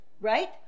Right